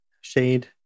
shade